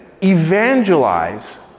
evangelize